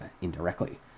indirectly